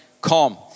calm